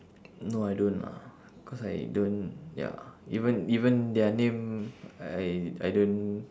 no I don't lah cause I don't ya even even their name I I don't